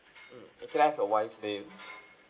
mm and can I have your wife's name